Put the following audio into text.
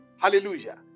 Hallelujah